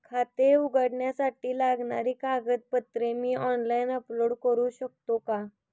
खाते उघडण्यासाठी लागणारी कागदपत्रे मी ऑनलाइन अपलोड करू शकतो का?